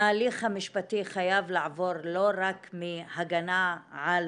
ההליך המשפטי חייב לעבור לא רק מהגנה על